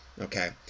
okay